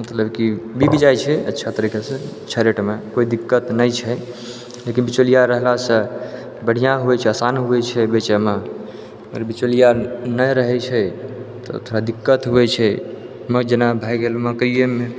मतलब की बिक जाइ छै अच्छा तरीकासँ अच्छा रेटमे कोइ दिक्कत नहि छै लेकिन बिचौलिया रहलासँ बढ़िआँ होइ छै आसान होइ छै बेचैमे आओर बिचौलिया नहि रहै छै तऽ थोड़ा दिक्कत होइ छै जेना भऽ गेल मकइएमे